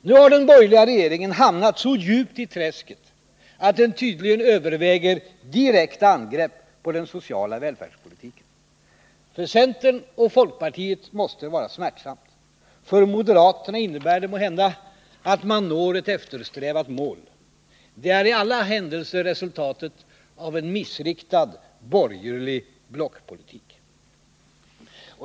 Nu har den borgerliga regeringen hamnat så djupt i träsket att den tydligen överväger direkt angrepp på den sociala välfärdspolitiken. För centern och folkpartiet måste det vara smärtsamt, för moderaterna innebär det måhända att man når ett eftersträvat mål. Det är i alla händelser resultatet av en missriktad borgerlig blockpolitik.